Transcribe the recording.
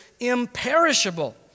imperishable